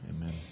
Amen